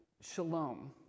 shalom